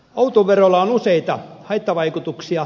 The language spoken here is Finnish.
autoverolla on useita haittavaikutuksia